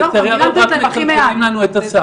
והם מקבלים הכי מעט.